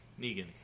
negan